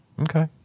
Okay